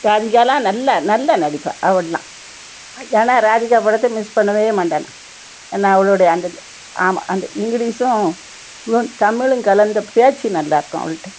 ராதிகாவெலாம் நல்லா நல்லா நடிப்பாள் அவளெலாம் ஏன்னால் ராதிகா படத்தை மிஸ் பண்ணவே மாட்டேன் நான் அவளுடைய அந்த ஆமாம் அந்த இங்கிலீஷும் தமிழும் கலந்த பேச்சு நல்லா இருக்கும் அவள்கிட்ட